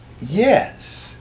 Yes